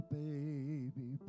baby